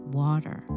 water